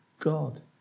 God